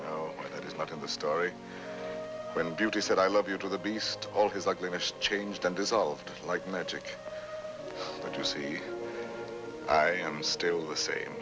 in the story when beauty said i love you to the beast all his ugly mish changed and dissolved like magic you see i am still the same